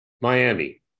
Miami